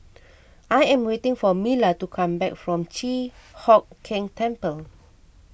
I am waiting for Mila to come back from Chi Hock Keng Temple